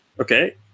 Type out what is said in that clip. okay